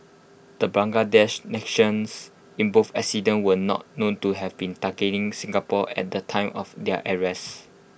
the Bangladeshi nationals in both incidents were not known to have been targeting Singapore at the time of their arrests